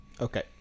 Okay